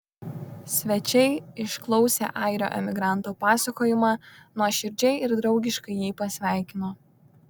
svečiai išklausę airio emigranto pasakojimą nuoširdžiai ir draugiškai jį pasveikino